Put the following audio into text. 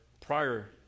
prior